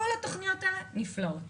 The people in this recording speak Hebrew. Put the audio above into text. כל התוכניות האלה נפלאות,